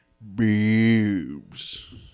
Boobs